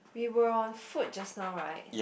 we were on food just now right